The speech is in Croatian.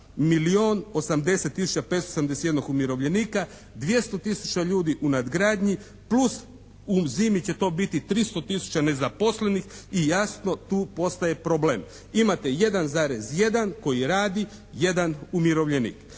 jednog umirovljenika, dvjesto tisuća ljudi u nadgradnji plus u zimi će to biti tristo tisuća nezaposlenih i jasno tu postaje problem. Imate 1,1 koji radi, 1 umirovljenik.